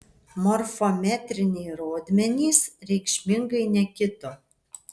morfometriniai rodmenys reikšmingai nekito